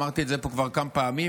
אמרתי את זה פה כבר כמה פעמים: